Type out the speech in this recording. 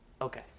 Okay